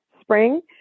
spring